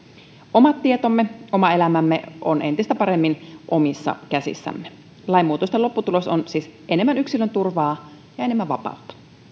omat tietomme ja oma elämämme ovat entistä paremmin omissa käsissämme lainmuutosten lopputulos on siis enemmän yksilönturvaa ja enemmän vapautta